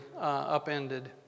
upended